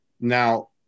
Now